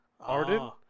Arden